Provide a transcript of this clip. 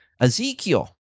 Ezekiel